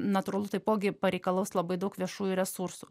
natūralu taipogi pareikalaus labai daug viešųjų resursų